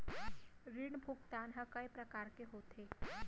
ऋण भुगतान ह कय प्रकार के होथे?